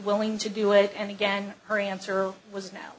willing to do it and again her answer was now